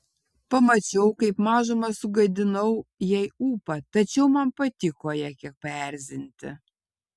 pamačiau kaip mažumą sugadinau jai ūpą tačiau man patiko ją kiek paerzinti